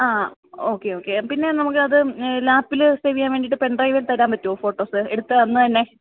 ആ okay okay പിന്നെ നമുക്ക് അത് ലാപ്പിൽ സേവ് ചെയ്യാൻ വേണ്ടിട്ട് പെൻഡ്രൈവിൽ തരാൻ പറ്റുമോ ഫോട്ടോസ് എടുത്ത അന്ന് തന്നെ